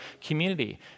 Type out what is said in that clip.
community